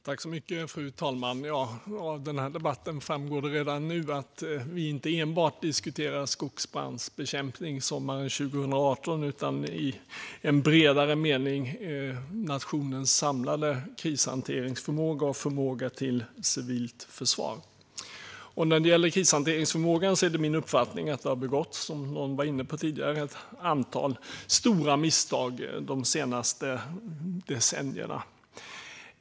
Fru talman! Det framgår redan nu att vi i den här debatten diskuterar inte enbart skogsbrandsbekämpning sommaren 2018 utan i en bredare mening nationens samlade krishanteringsförmåga och förmåga till civilt försvar. När det gäller krishanteringsförmågan är det min uppfattning att det, som någon var inne på tidigare, har begåtts ett antal stora misstag de senaste decennierna.